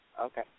Okay